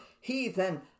heathen